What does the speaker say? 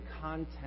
content